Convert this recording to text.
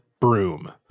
broom